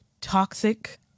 toxic